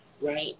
right